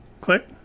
Click